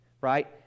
right